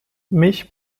mich